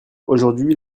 aujourd’hui